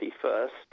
first